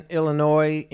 Illinois